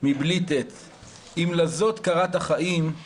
מבלי תת / אם לזאת קראת חיים /